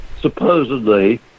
supposedly